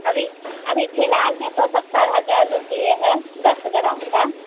अभी अभी फिलहाल में तो सत्तर हज़ार रुपये है दस ग्राम का